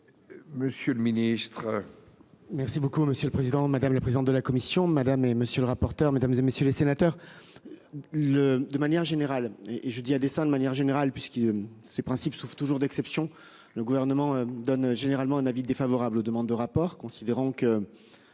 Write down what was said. monsieur le ministre,